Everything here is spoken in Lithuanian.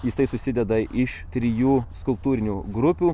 jisai susideda iš trijų skulptūrinių grupių